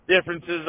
differences